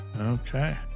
Okay